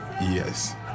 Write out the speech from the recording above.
Yes